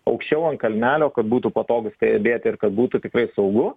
aukščiau ant kalnelio kad būtų patogu stebėt ir kad būtų tikrai saugu